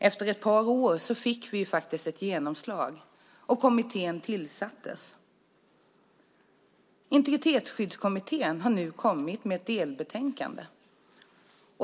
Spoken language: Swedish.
Efter ett par år fick vi ett genomslag, och kommittén tillsattes. Integritetsskyddskommittén har nu kommit med ett delbetänkande.